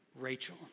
Rachel